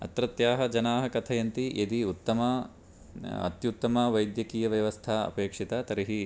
अत्रत्याः जनाः कथयन्ति यदि उत्तम अत्युत्तमवैद्यकीयव्यवस्था अपेक्षिता तर्हि